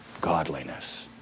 godliness